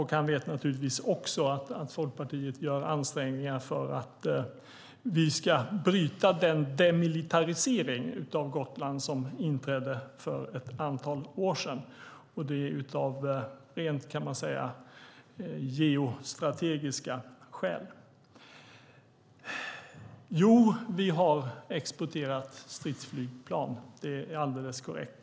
Han vet naturligtvis också att Folkpartiet gör ansträngningar för att vi ska bryta den demilitarisering av Gotland som inträdde för ett antal år sedan, och det av rent geostrategiska skäl. Jo, vi har exporterat stridsflygplan - det är alldeles korrekt.